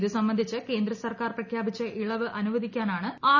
ഇത് സംബന്ധിച്ച് കേന്ദ്രസർക്കാർ പ്രഖ്യാപിച്ച ഇളവ് അനുവദിക്കാനാണ് ആർ